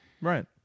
Right